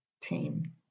team